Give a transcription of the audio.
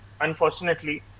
unfortunately